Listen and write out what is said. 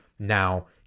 Now